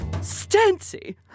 Stancy